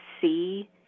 see